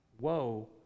woe